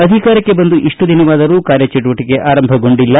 ಅಧಿಕಾರಕ್ಕೆ ಬಂದು ಇಷ್ಟು ದಿನವಾದರೂ ಕಾರ್ಯ ಚಟುವಟಿಕೆ ಆರಂಭಗೊಂಡಿಲ್ಲ